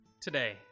Today